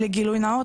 גילוי נאות,